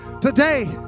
today